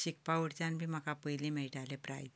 शिकपाक कडच्यान बी म्हाका पयलें मेळटालें प्रायज